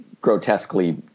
grotesquely